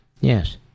Yes